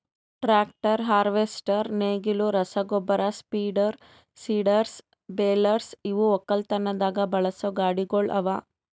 tractor, harvester, ನೇಗಿಲು, ರಸಗೊಬ್ಬರ spreader, seeders, balers ಇವು ಒಕ್ಕಲತನದಾಗ್ ಬಳಸಾ ಗಾಡಿಗೊಳ್ ಅವಾ